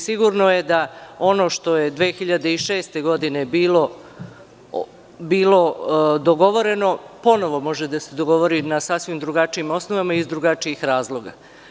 Sigurno je da ono što je 2006. godine bilo dogovoreno ponovo može da se dogovori na sasvim drugačijim osnovama i iz drugačijih razloga.